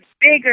bigger